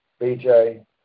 BJ